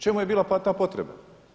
Čemu je bila ta potreba?